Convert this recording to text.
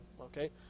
okay